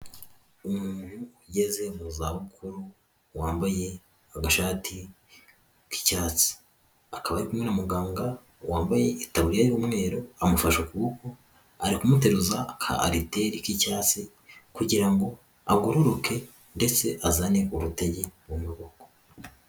Umuntu ugeze mu za bukuru wambaye agashati k'icyatsi, akaba ari kumwe na muganga wambaye itaburiya y'umweru, amufashe ukuboko ari kumuteruza ka aliteri k'icyatsi, kugira ngo agoroke ndetse azane urutege mu maboko.